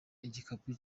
igikapu